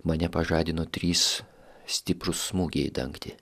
mane pažadino trys stiprūs smūgiai į dangtį